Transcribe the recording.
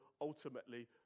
ultimately